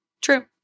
True